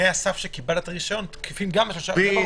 תנאי הסף שקיבלת את הרשיון תקפים גם לשלושה חודשים.